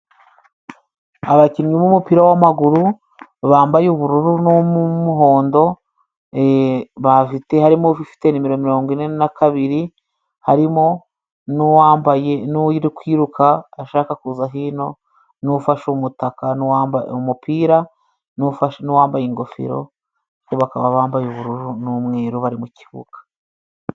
Abakinnyi b'umupira w'amaguru bambaye ubururu n'umuhondo, bavite harimo ufite metero mirongo ine na kabiri, harimo n'uwambaye n'uri kwiruka ashaka kuza hino, n'ufashe umutaka n'uwambaye umupira n'uwambaye ingofero, bose bakaba bambaye ubururu n'umweru bari mu kibuga.